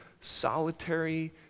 solitary